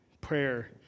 Prayer